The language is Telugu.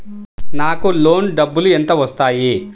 నాకు లోన్ డబ్బులు ఎంత వస్తాయి?